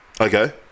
okay